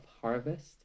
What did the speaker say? harvest